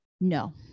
No